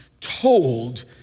told